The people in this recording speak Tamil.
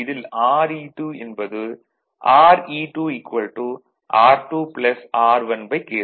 இதில் Re2 என்பது Re2 R2 R1K2